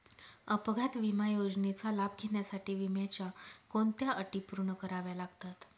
अपघात विमा योजनेचा लाभ घेण्यासाठी विम्याच्या कोणत्या अटी पूर्ण कराव्या लागतात?